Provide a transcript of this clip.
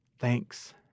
Thanks